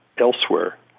elsewhere